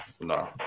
No